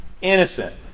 innocent